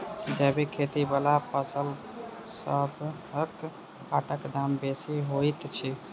जैबिक खेती बला फसलसबक हाटक दाम बेसी होइत छी